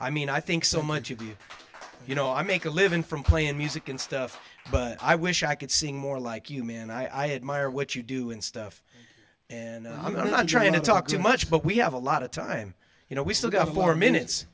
i mean i think so much of you you know i make a living from playing music and stuff but i wish i could sing more like you man i admire what you do and stuff and i'm not trying to talk too much but we have a lot of time you know we still got more minutes